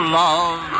love